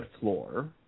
floor